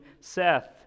Seth